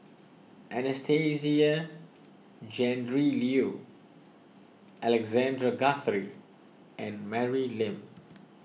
Anastasia Tjendri Liew Alexander Guthrie and Mary Lim